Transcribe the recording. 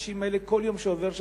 האנשים האלה, כל יום שעובר שם,